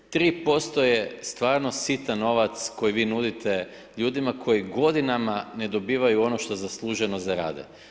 3% je stvarno sitan novac koji vi nudite ljudima koji godinama ne dobivaju ono što zasluženo zarade.